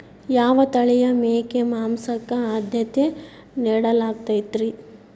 ಯಾವ ತಳಿಯ ಮೇಕೆ ಮಾಂಸಕ್ಕ, ಆದ್ಯತೆ ನೇಡಲಾಗತೈತ್ರಿ?